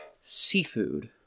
Seafood